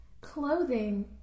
Clothing